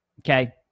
Okay